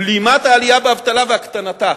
בלימת העלייה באבטלה והקטנתה.